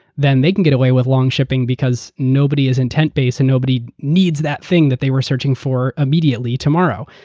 then they can get away with long shipping because nobody is intent-based and nobody needs that thing that they were searching for immediately tomorrow.